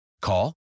Call